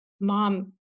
mom